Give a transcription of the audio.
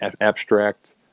abstract